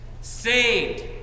Saved